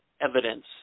evidence